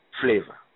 flavor